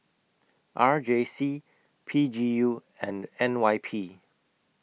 R J C P G U and N Y P